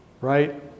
right